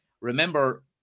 remember